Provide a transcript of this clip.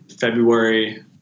February